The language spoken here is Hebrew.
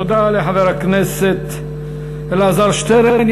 תודה לחבר הכנסת אלעזר שטרן.